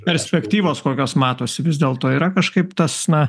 perspektyvos kokios matosi vis dėlto yra kažkaip tas na